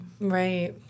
Right